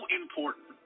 important